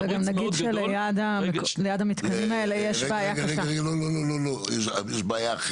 וגם נגיד שליד המתקנים האלה יש בעיה קשה.